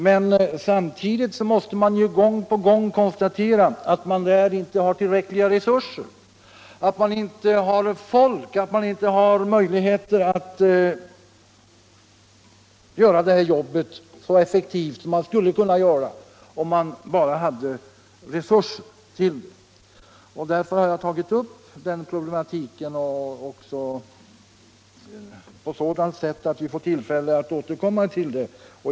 Men samtidigt måste vi gång på gång konstatera att man där inte har tillräckliga resurser, man har inte folk, man har inte möjligheter att göra det här jobbet så effektivt som man skulle kunna göra om man bara hade resurser till det. Därför har jag tagit upp den problematiken på ett sådant sätt, att vi får anledning att återkomma till den.